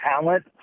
talent